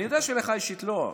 אני יודע שלך אישית לא.